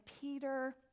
Peter